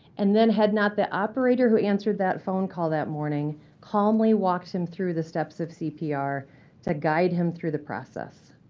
and then had not the operator who answered that phone call that morning calmly walked him through the steps of cpr to guide him through the process.